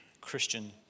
Christian